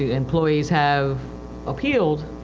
employees have appealed,